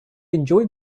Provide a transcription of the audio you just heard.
enjoy